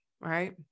right